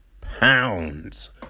pounds